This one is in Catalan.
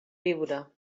biure